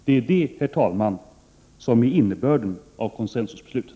Det är detta, herr talman, som är innebörden av consensusbeslutet.